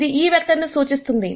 ఇది ఈ వెక్టర్ ను సూచిస్తుంది